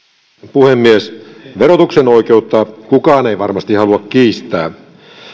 puhemies verotuksen oikeutta kukaan ei varmasti halua kiistää